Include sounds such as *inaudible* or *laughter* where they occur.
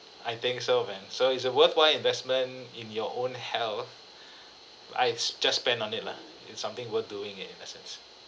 I think so man so it's a worthwhile investment in your own hell *breath* I just spend on it lah it's something worth doing in essence